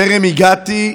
טרם הגעתי,